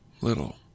little